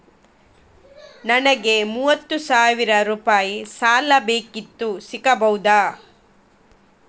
ನನಗೆ ಮೂವತ್ತು ಸಾವಿರ ರೂಪಾಯಿ ಸಾಲ ಬೇಕಿತ್ತು ಸಿಗಬಹುದಾ?